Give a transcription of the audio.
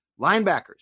Linebackers